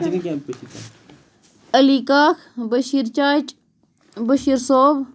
علی کاک بٔشیٖر چاچہِ بٔشیٖر صٲب